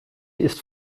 ist